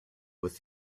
with